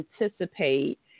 anticipate